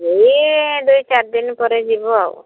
ଏଇ ଦୁଇ ଚାରି ଦିନ ପରେ ଯିବୁ ଆଉ